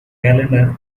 calendar